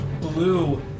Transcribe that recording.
blue